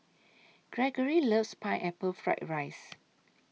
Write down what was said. Gregory loves Pineapple Fried Rice